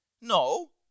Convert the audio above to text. no